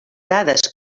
dades